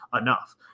enough